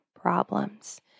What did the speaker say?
problems